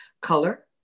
color